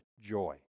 joy